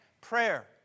Prayer